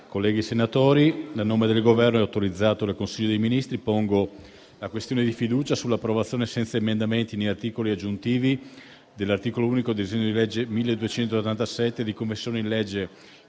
onorevoli senatori, a nome del Governo, autorizzato dal Consiglio dei ministri, pongo la questione di fiducia sull'approvazione, senza emendamenti né articoli aggiuntivi, dell'articolo unico del disegno di legge n. 1287, di conversione in legge,